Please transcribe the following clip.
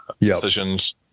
decisions